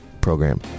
program